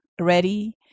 ready